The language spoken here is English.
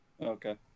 Okay